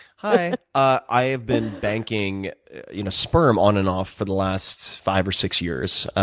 hi! i have been banking you know sperm on and off for the last five or six years.